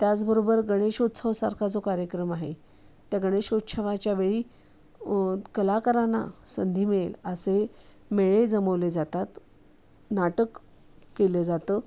त्याचबरोबर गणेशोत्सवासारखा जो कार्यक्रम आहे त्या गणेशोत्सवाच्या वेळी कलाकारांना संधी मिळेल असे मेळे जमवले जातात नाटक केलं जातं